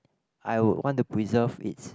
I want to preserve it